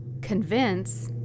convince